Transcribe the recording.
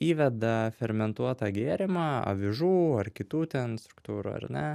įveda fermentuotą gėrimą avižų ar kitų ten struktūrų ar ne